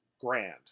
grand